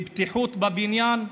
לבטיחות בבניין,